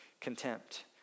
contempt